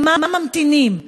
למה ממתינים?